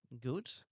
good